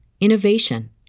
innovation